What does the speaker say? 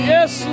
Yes